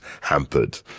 hampered